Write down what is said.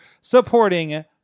supporting